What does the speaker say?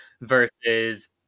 Versus